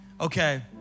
Okay